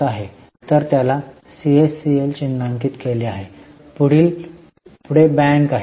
तर त्याला सीएसीएल चिन्हांकित केले आहे पुढील बँक आहे